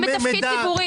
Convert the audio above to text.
הם בתפקיד ציבורי.